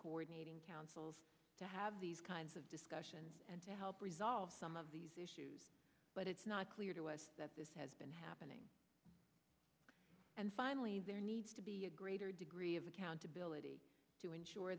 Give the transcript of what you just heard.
coordinating councils to have these kinds of discussions and to help resolve some of these issues but it's not clear to us that this has been happening and finally there needs to be a greater degree of accountability to ensure